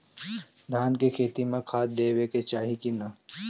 धान के खेती मे खाद देवे के चाही कि ना?